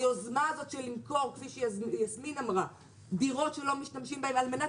היוזמה הזאת שלמכור כפי שיסמין אמרה דירות שלא משתמשים בהם על מנת